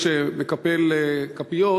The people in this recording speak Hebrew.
זה שמקפל כפיות,